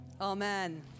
amen